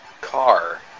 car